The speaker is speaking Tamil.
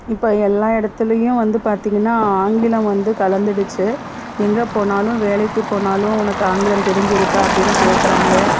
இப்போ எல்லா இடத்துலையும் வந்து பார்த்தீங்கன்னா ஆங்கிலம் வந்து கலந்துடுச்சு எஙகே போனாலும் வேலைக்கு போனாலும் உனக்கு ஆங்கிலம் தெரிஞ்சுருக்கா அப்படின்னு கேட்கறாங்க